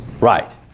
Right